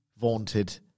vaunted